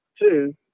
two